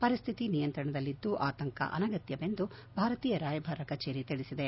ಪರಿಸ್ಥಿತಿ ನಿಯಂತ್ರಣದಲ್ಲಿದ್ದು ಆತಂಕ ಅನಗತ್ತವೆಂದು ಭಾರತೀಯ ರಾಯಭಾರ ಕಚೇರಿ ತಿಳಿಸಿದೆ